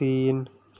तीन